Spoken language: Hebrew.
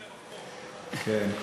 התכופפתי, הורדתי ראש.